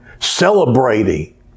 celebrating